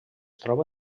troba